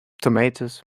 tomatoes